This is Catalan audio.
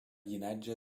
llinatge